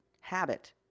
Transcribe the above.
habit